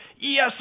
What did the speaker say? yes